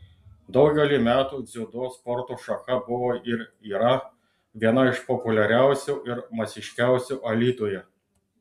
daugelį metų dziudo sporto šaka buvo ir yra viena iš populiariausių ir masiškiausių alytuje